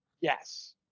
Yes